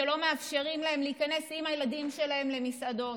לא מאפשרים להם להיכנס עם הילדים שלהם למסעדות.